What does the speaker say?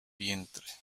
vientre